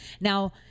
Now